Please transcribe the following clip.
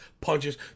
punches